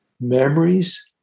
memories